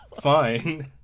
Fine